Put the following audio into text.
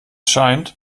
scheint